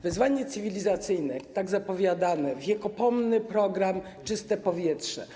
Wyzwanie cywilizacyjne tak zapowiadane - wiekopomny program „Czyste powietrze”